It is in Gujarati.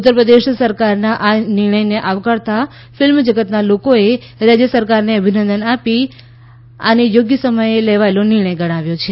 ઉત્તરપ્રદેશ સરકારના આ નિર્ણયને આવકારતા ફિલ્મ જગતના લોકોએ રાજય સરકારને અભિનંદન આપી આને થોગ્ય સમયે લેવાયેલો નિર્ણય ગણાવ્યો છે